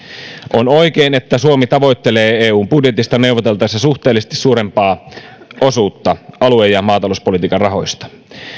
on oikein että suomi tavoittelee eun budjetista neuvoteltaessa suhteellisesti suurempaa osuutta alue ja maatalouspolitiikan rahoista